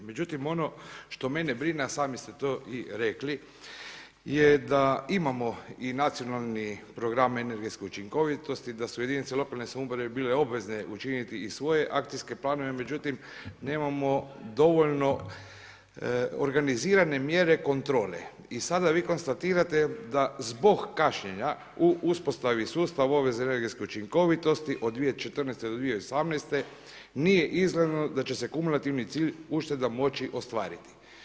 Međutim ono što mene brine, a sami ste to i rekli, je da imamo i nacionalni program energetske učinkovitosti, da su jedinice lokalne samouprave bile obvezne učiniti i svoje akcijske planove, međutim nemamo dovoljno organizirane mjere kontrole i sada vi konstatirate da zbog kašnjenja u uspostavi sustava obvezne energetske učinkovitosti od 2014. do 2018. nije izgledno da će se kumulativni cilj ušteda moći ostvariti.